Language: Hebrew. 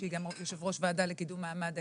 שהיא יושבת-ראש הוועדה לקידום מעמד האשה,